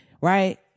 right